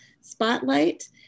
spotlight